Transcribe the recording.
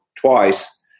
twice